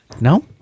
no